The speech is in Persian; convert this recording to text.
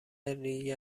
لیگ